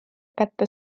kätte